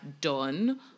done